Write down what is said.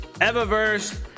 Eververse